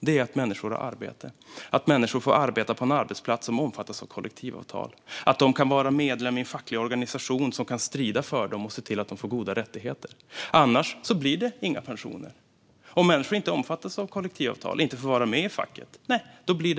Det är att människor har arbete, att människor får arbeta på en arbetsplats som omfattas av kollektivavtal och att de kan vara medlem i en facklig organisation som kan strida för dem och se till att de får goda rättigheter. Annars blir det inga pensioner. Om människor inte omfattas av kollektivavtal och inte får vara med i facket blir det låga pensioner.